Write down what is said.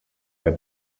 der